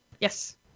Yes